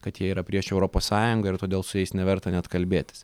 kad jie yra prieš europos sąjungą ir todėl su jais neverta net kalbėtis